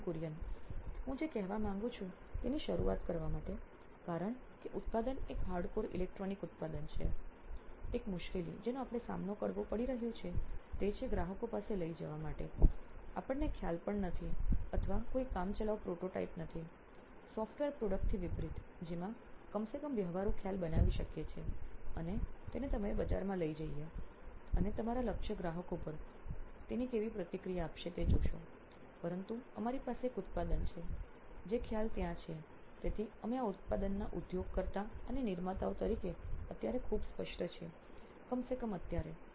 Nithin Kurian COO નોઇન electronics હું જે કહેવા માંગુ છું તેની શરૂઆત કરવા માટે કારણ કે ઉત્પાદન એક હાર્ડકોર ઇલેક્ટ્રોનિક ઉત્પાદન છે એક મુશ્કેલી જેનો આપણે સામનો કરવો પડી રહ્યો છે તે છે ગ્રાહકો પાસે લઈ જવા માટે આપણને ખ્યાલ પણ નથી અથવા કોઈ કામ ચલાઉ prototype નથી સોફ્ટવેર પ્રોડક્ટથી વિપરીત જેમાં કમ સે કમ વ્યવહારુ ખ્યાલ બનાવી શકીએ અને તેને તમારા બજારમાં લઈ જઈએ અને તમારા લક્ષ્ય ગ્રાહકો તેના પર કેવી પ્રતિક્રિયા આપશે તે જોશે પરંતુ અમારી પાસે એક ઉત્પાદન છે જે ખ્યાલ ત્યાં છે તેથી અમે આ ઉત્પાદના ઉદ્યોગ કરતા અને નિર્માતાઓ તરીકે અત્યારે ખૂબ સ્પષ્ટ છે કમ સે કમ અત્યારે